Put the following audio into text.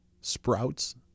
sprouts